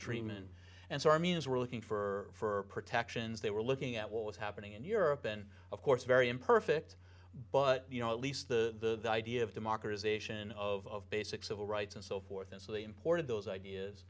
treatment and so our means were looking for protections they were looking at what was happening in europe and of course very imperfect but you know at least the idea of democratization of basic civil rights and so forth and so they imported those ideas